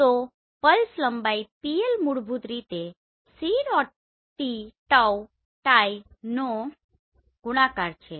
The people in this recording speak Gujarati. તો પલ્સ લંબાઈ PL મૂળભૂત રીતે C⋅ નો ગુણાકાર છે